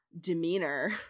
demeanor